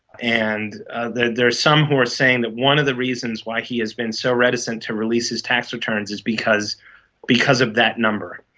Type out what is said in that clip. and there are some who are saying that one of the reasons why he has been so reticent to release his tax returns is because because of that number.